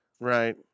right